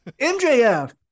MJF